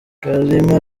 kalima